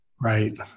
Right